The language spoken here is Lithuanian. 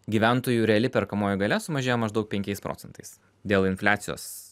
gyventojų reali perkamoji galia sumažėjo maždaug penkiais procentais dėl infliacijos